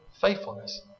faithfulness